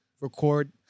record